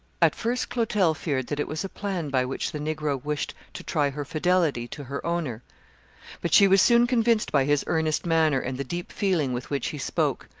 at first clotel feared that it was a plan by which the negro wished to try her fidelity to her owner but she was soon convinced by his earnest manner, and the deep feeling with which he spoke,